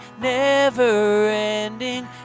never-ending